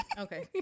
Okay